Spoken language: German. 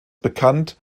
bekannt